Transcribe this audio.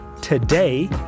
today